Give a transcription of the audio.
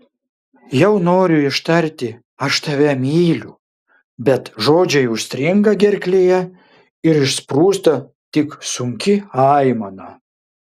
jau noriu ištarti aš tave myliu bet žodžiai užstringa gerklėje ir išsprūsta tik sunki aimana